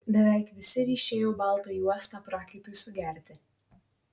beveik visi ryšėjo baltą juostą prakaitui sugerti